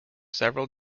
several